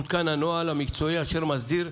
עודכן הנוהל המקצועי אשר מסדיר,